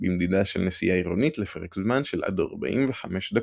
במדידה של נסיעה עירונית לפרק זמן של עד 45 דק'.